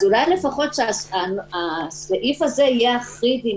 אז אולי לפחות הסעיף הזה יהיה אחיד עם